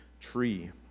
tree